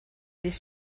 des